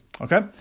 okay